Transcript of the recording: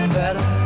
better